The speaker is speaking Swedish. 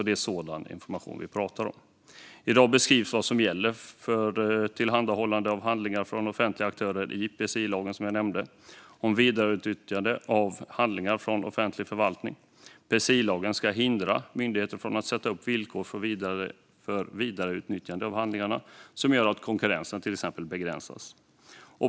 Det är sådan information vi pratar om. I dag beskrivs vad som gäller för tillhandahållande av handlingar från offentliga aktörer i PSI-lagen, som jag nämnde, alltså lagen om vidareutnyttjande av handlingar från den offentliga förvaltningen. PSI-lagen ska hindra myndigheter från att sätta upp villkor för vidareutnyttjande av handlingar som gör att konkurrensen begränsas.